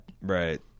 Right